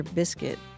biscuit